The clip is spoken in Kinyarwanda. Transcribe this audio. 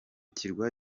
kirwa